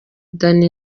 danny